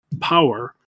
power